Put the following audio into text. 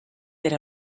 era